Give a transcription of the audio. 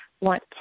want